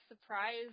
surprise